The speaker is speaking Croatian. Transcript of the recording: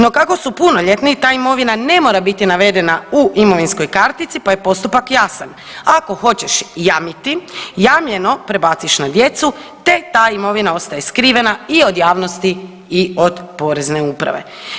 No kako su punoljetni ta imovina ne mora biti navedena u imovinskoj kartici, pa je postupak jasan, ako hoćeš jamiti jamljeno prebaciš na djecu te ta imovina ostaje skrive i od javnosti i od Porezne uprave.